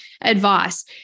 advice